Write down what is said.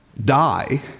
Die